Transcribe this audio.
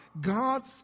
God's